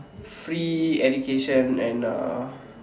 free education and uh